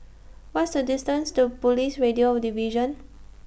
What IS The distance to Police Radio Division